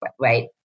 right